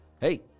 hey